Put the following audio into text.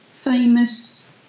famous